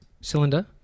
Cylinder